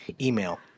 email